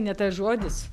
ne tas žodis